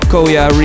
Koya